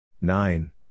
Nine